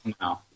No